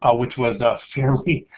ah which was ah fairly